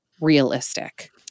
realistic